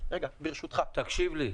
תקשיב לי.